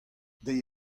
deiz